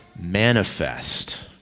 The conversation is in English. Manifest